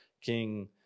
King